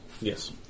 Yes